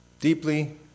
Deeply